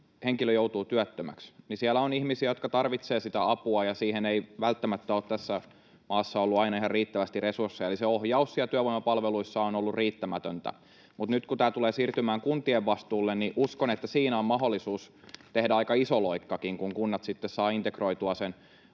henkilö joutuu työttömäksi, niin siellä on ihmisiä, jotka tarvitsevat sitä apua, ja siihen ei välttämättä ole tässä maassa ollut aina ihan riittävästi resursseja, ohjaus siellä työvoimapalveluissa on ollut riittämätöntä. Mutta nyt kun tämä tulee siirtymään kuntien vastuulle, niin uskon, että siinä on mahdollisuus tehdä aika iso loikkakin — kun kunnat sitten saavat integroitua sen